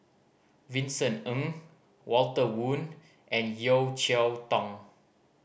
Vincent Ng Walter Woon and Yeo Cheow Tong